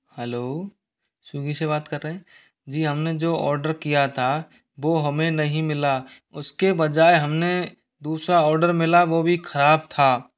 hello Swiggy से बात कर रहे हैं जी हमने जो ओडर किया था वो हमें नहीं मिला उसके बजाय हमने दूसरा ओडर मिला वो भी खराब था